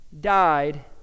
died